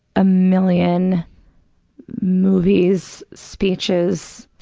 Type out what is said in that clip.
a million movies, speeches,